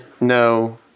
No